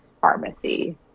pharmacy